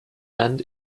and